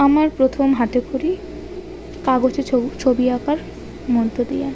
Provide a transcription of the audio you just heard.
আমার প্রথম হাতেখড়ি কাগজে ছ ছবি আঁকার মধ্য দিয়ে